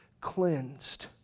cleansed